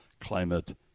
climate